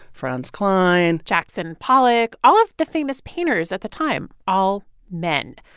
franz kline. jackson pollock, all of the famous painters at the time all men.